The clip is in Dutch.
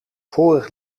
vorig